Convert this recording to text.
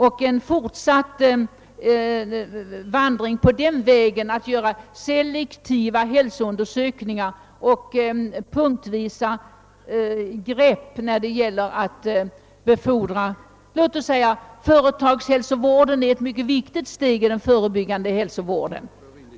Det är lämpligt att fortsätta på den vägen och göra selektiva hälsoundersökningar och punktvisa insatser, t.ex. genom att bygga ut företagshälsovården — det är ett mycket viktigt steg i den förebyggande hälsovården.